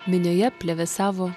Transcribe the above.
minioje plevėsavo